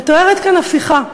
מתוארת כאן הפיכה.